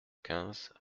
quinze